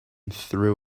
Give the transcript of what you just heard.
threw